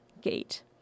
Gate